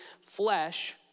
flesh